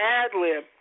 ad-lib